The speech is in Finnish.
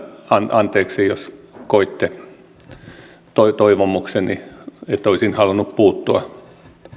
anteeksi jos koitte toivomukseni niin että olisin halunnut puuttua